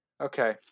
Okay